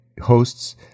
hosts